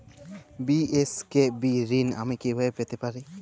BSKB ঋণ আমি কিভাবে পেতে পারি?